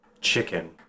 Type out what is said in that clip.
Chicken